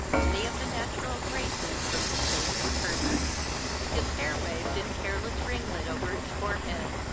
many of the natural graces from his face and person his hair waved in careless ringlet over his forehead,